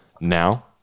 now